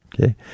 Okay